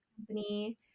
company